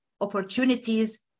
opportunities